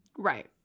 Right